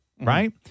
right